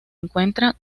encuentra